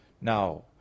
Now